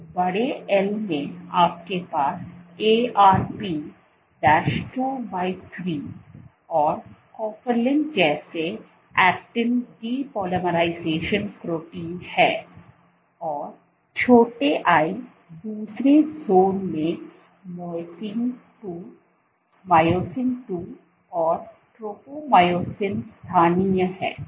तो बड़े L में आपके पास Arp 23 और कोफिलिन जैसे एक्टिन डीपॊलीराइजिंग प्रोटीन हैं और छोटे l दूसरे ज़ोन में मायोसिन II और ट्रोपोमायोसिन स्थानीय हैं